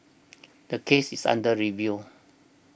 the case is under review